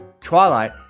Twilight